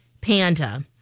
panda